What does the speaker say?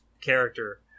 character